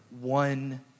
one